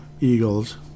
Eagles